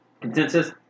consensus